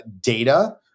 data